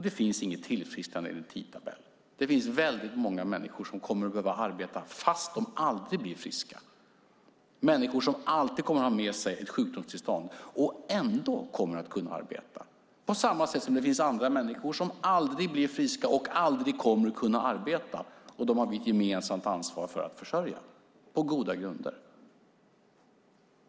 Det finns inget tillfrisknande enligt tidtabell. Det finns många människor som kommer att behöva arbeta fast de aldrig blir friska, människor som alltid kommer att ha med sig ett sjukdomstillstånd och ändå kommer att kunna arbeta, på samma sätt som det finns andra människor som aldrig blir friska och aldrig kommer att kunna arbeta, och dem har vi ett gemensamt ansvar för att försörja, på goda grunder.